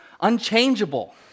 unchangeable